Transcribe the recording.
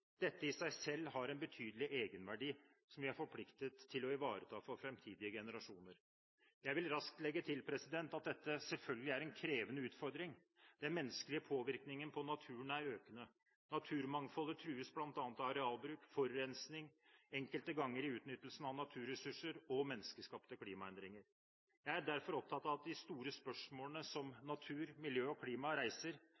Dette i seg selv har en betydelig egenverdi, som vi er forpliktet til å ivareta for framtidige generasjoner. Jeg vil raskt legge til at dette selvfølgelig er en krevende utfordring. Den menneskelige påvirkningen på naturen er økende. Naturmangfoldet trues bl.a. av arealbruk, forurensning, enkelte ganger utnyttelse av naturressurser og menneskeskapte klimaendringer. Jeg er derfor opptatt av de store spørsmålene